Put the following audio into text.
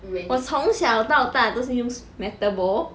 我从小到大都是用 metal bowl